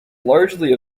largely